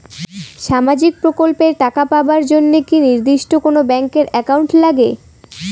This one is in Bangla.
সামাজিক প্রকল্পের টাকা পাবার জন্যে কি নির্দিষ্ট কোনো ব্যাংক এর একাউন্ট লাগে?